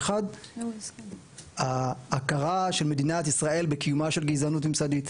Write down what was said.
האחד הוא הכרה של מדינת ישראל בקיומה של גזענות ממסדית,